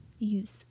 use